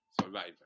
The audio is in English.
survivor